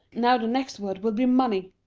now the next word will be money.